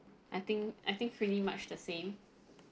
I think I think pretty much the same